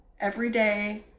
everyday